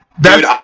Dude